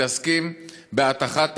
מתעסקים בהטחת